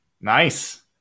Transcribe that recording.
Nice